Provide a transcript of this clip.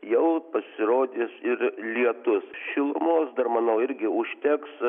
jau pasirodys ir lietus šilumos dar manau irgi užteks